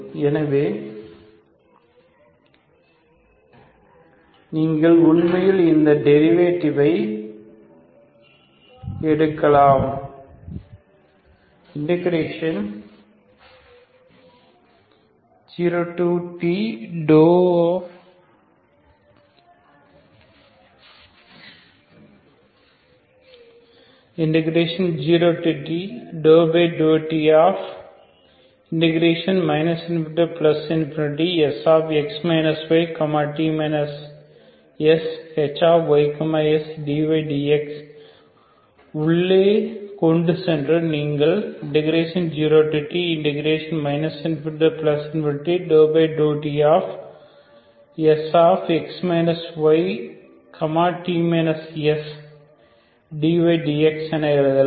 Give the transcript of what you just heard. எனவே நீங்கள் உண்மையில் இந்த டேரிவேடிவை எடுக்கலாம் 0t∂t ∞Sx y t shy sdyds உள்ளே கொண்டுசென்று நீங்கள் 0t ∞∂tSx y t shy sdyds என எழுதலாம்